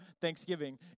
Thanksgiving